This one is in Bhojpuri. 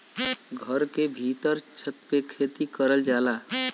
घर के भीत्तर छत पे खेती करल जाला